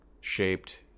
shaped